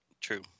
True